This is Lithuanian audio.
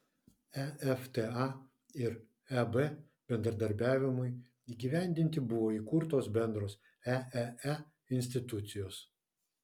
efta ir eb bendradarbiavimui įgyvendinti buvo įkurtos bendros eee institucijos